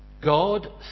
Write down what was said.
God